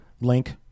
link